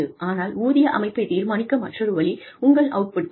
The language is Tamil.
ஆனால் ஊதிய அமைப்பை தீர்மானிக்க மற்றொரு வழி உங்கள் அவுட்புட் தான்